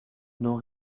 non